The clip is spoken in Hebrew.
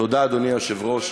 תודה, אדוני היושב-ראש.